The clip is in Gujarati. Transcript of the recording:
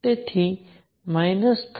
તેથી માઇનસ 13